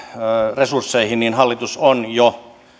resursseihin laajemmin niin hallitus on jo